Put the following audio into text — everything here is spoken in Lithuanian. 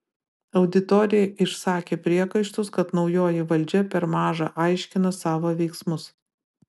auditorija išsakė priekaištus kad naujoji valdžia per maža aiškina savo veiksmus